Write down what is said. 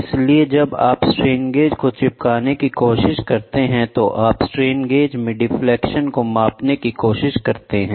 इसलिए जब आप स्ट्रेन गेज को चिपकाने की कोशिश करते हैं तो आप स्ट्रेन गेज में डिफलेक्शन को मापने की कोशिश करते हैं